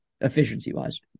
efficiency-wise